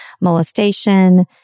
molestation